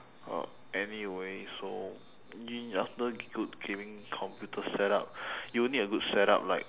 uh anyway so you need after good gaming computer setup you will need a good setup like